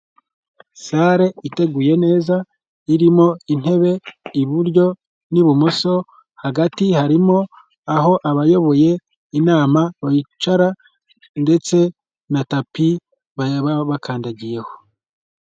Sare iteguye neza, irimo intebe iburyo n'ibumoso, hagati harimo aho abayoboye inama bicara, ndetse na tapi baba bakandagiyeho.